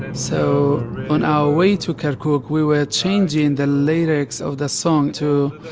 and so on our way to kirkuk, we were changing the lyrics of the song to,